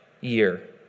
year